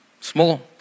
small